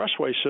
expressway